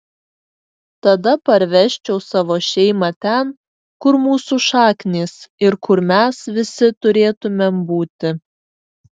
tada parvežčiau savo šeimą ten kur mūsų šaknys ir kur mes visi turėtumėm būti